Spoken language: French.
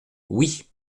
oui